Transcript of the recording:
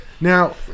Now